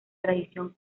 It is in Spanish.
tradición